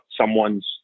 someone's